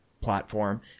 platform